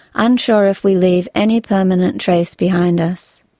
unsure if we leave any permanent trace behind us.